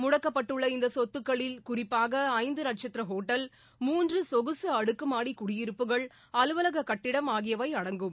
முடக்கப்பட்டுள்ள இந்த சொத்துக்களில் குறிப்பாக ஐந்து நட்சத்திர ஷோட்டல் மூன்று சொகுசு அடுக்குமாடி குடியிருப்புகள் அலுவலக கட்டிடம் ஆகியவை அடங்கும்